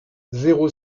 zéro